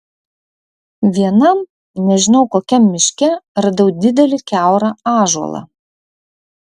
vienam nežinau kokiam miške radau didelį kiaurą ąžuolą